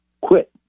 quit